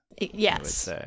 Yes